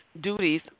duties